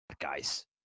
guys